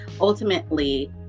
ultimately